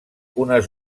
unes